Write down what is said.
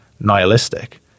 nihilistic